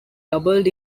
doubled